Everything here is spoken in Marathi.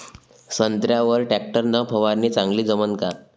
संत्र्यावर वर टॅक्टर न फवारनी चांगली जमन का?